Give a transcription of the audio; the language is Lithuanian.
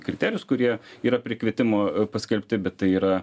kriterijus kurie yra prie kvietimo paskelbti bet tai yra